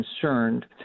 concerned